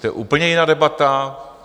To je úplně jiná debata.